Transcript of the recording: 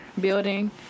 building